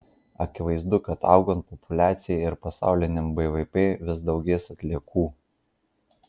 akivaizdu kad augant populiacijai ir pasauliniam bvp vis daugės atliekų